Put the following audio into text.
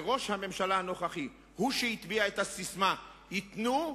וראש הממשלה הנוכחי הוא שהטביע את הססמה: "ייתנו,